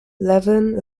levin